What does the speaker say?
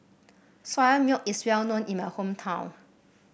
Soya Milk is well known in my hometown